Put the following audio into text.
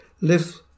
lift